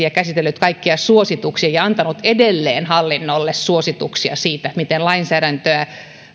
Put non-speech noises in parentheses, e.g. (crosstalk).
(unintelligible) ja käsitellyt kaikkia suosituksia ja ja antanut edelleen hallinnolle suosituksia siitä miten lainsäädännön